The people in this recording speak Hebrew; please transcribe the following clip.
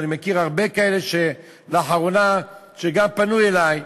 ואני מכיר הרבה כאלה, שלאחרונה גם פנו אלי.